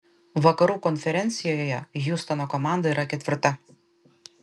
vakarų konferencijoje hjustono komanda yra ketvirta